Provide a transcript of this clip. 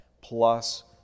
plus